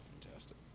Fantastic